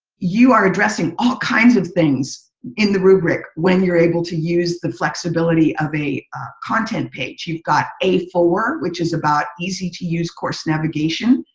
you are addressing all kinds of things in the rubric when you're able to use the flexibility of a content page. you've got a four which is about easy to use course navigation.